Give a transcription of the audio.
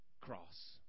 cross